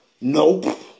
Nope